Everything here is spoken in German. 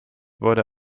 wurde